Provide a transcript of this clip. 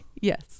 yes